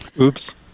Oops